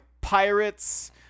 pirates